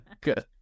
good